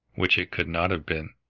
which it could not have been,